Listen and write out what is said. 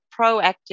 proactive